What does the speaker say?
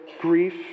grief